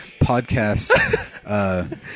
podcast